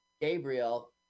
Gabriel